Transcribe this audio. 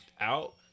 out